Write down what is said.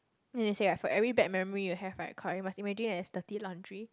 then they say right for every bad memory you have right you must imagine it as dirty laundry